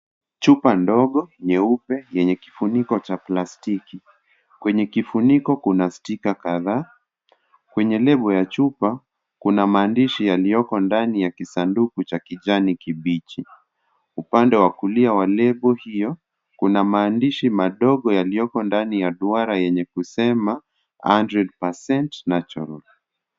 Chupa ndogo nyeupe yenye kifuniko cha plasitiki, kwenye kifuniko kuna sitika kadhaa kwenye nembo ya chupa kuna maandishi yaliyoko ndani ya kisanduku cha kijani kibichi ,upande wa kulia wa nembo hiyo kuna maandishi madongo yaliyoko ndani ya duara yenye kusema hunderend percente natural .